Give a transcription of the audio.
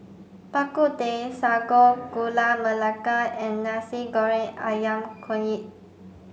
Bak Kut Teh Sago Gula Melaka and Nasi Goreng Ayam Kunyit